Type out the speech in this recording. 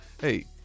hey